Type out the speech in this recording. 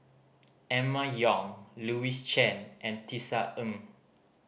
Emma Yong Louis Chen and Tisa Ng